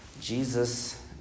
Jesus